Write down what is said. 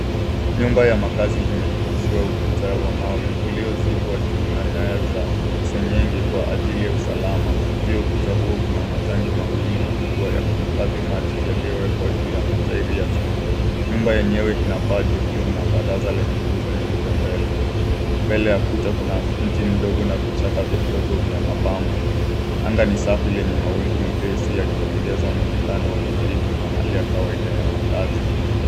Nyumba ya makazi imezungushiwa ukuta wa mawe uliozibwa juu na nyaya za senyenge kwa ajili ya usalama. Juu ya ukuta huo kuna matangi mawili makubwa ya kuhifadhi maji yaliyowekwa juu ya matairi ya chuma. Nyumba yenyewe ina paa jekundu la baraza lenye nguzo nyeupe mbele. Mbele ya kuta kuna mti mdogo na vichaka vidogo vya mapambo. Anga ni safi lenye mawingu mepesi yakiongeza mwonekano wa utulivu na hali ya kawaida ya makazi